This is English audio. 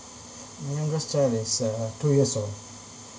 my youngest child is uh two years old